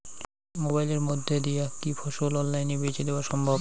মোবাইলের মইধ্যে দিয়া কি ফসল অনলাইনে বেঁচে দেওয়া সম্ভব?